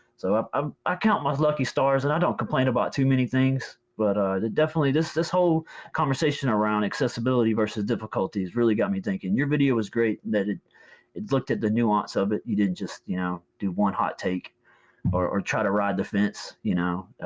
so um um i count my lucky stars and i don't complain about too many things. but ah definitely this this whole conversation around accessibility versus difficulty's really got me thinking. your video is great that it it looked at the nuance of it. you didn't just you know do one hot take or try to ride the fence. you know